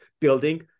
building